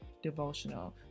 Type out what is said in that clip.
Devotional